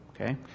okay